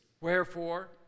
Wherefore